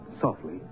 softly